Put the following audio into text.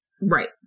Right